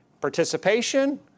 participation